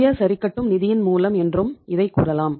சுய சரிகட்டும் நிதியின் மூலம் என்றும் இதை கூறலாம்